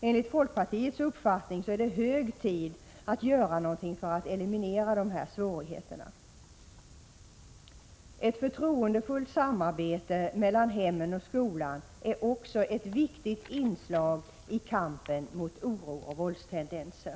Enligt folkpartiets uppfattning är det hög tid att göra något för att eliminera svårigheterna. Ett förtroendefullt samarbete mellan hemmen och skolan är också ett viktigt inslag i kampen mot oro och våldstendenser.